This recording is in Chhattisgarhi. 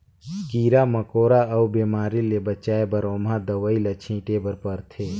कीरा मकोरा अउ बेमारी ले बचाए बर ओमहा दवई ल छिटे बर परथे